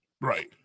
Right